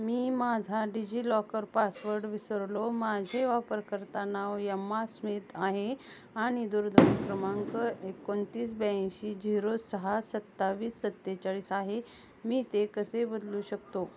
मी माझा DigiLocker password विसरलो माझे वापरकर्ता नाव यम्मा स्मित आहे आणि दूरध्वनी क्रमांक एकोणतीस ब्याऐंशी झिरो सहा सत्तावीस सत्तेचाळीस आहे मी ते कसे बदलू शकतो